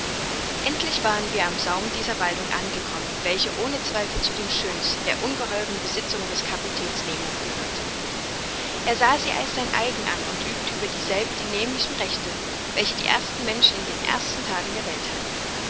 endlich waren wir am saum dieser waldung angekommen welche ohne zweifel zu den schönsten der ungeheuern besitzung des kapitäns nemo gehörte er sah sie als sein eigen an und übte über dieselbe die nämlichen rechte welche die ersten menschen in den ersten tagen der welt hatten